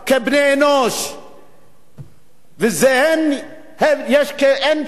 ואין שום קשר בין להתייחס אליהם כאל בני-אדם,